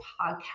podcast